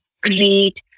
great